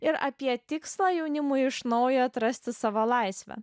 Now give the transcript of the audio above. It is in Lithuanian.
ir apie tikslą jaunimui iš naujo atrasti savo laisvę